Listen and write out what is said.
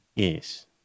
Yes